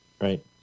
Right